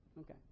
Okay